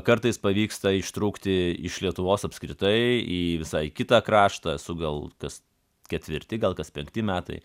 kartais pavyksta ištrūkti iš lietuvos apskritai į visai kitą kraštą su gal kas ketvirti gal kas penkti metai